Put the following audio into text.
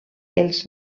els